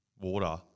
water